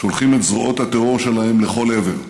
שולחים את זרועות הטרור שלהם לכל עבר.